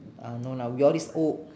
oh no lah we all this old